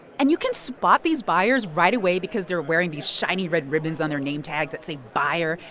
and you can spot these buyers right away because they're wearing these shiny, red ribbons on their name tags that say buyer.